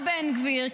הבן גביר,